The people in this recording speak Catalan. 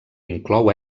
inclou